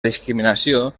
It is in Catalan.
discriminació